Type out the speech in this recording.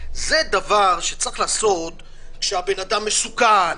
זה דבר שצריך לעשות כשבן אדם מסוכן,